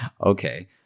Okay